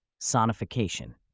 sonification